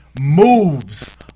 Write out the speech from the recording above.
moves